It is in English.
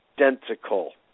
identical